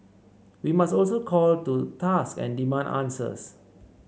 we must also call to task and demand answers